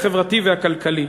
החברתי והכלכלי.